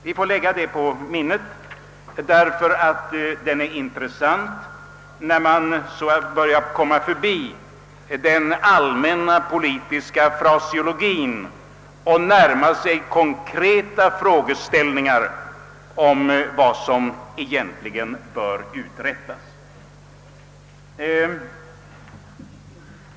Vi får lägga det på minnet, ty det är intressant när man börjar komma förbi den allmänna politiska fraseologien och närmar sig konkreta frågeställningar om vad som bör uträttas.